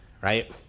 Right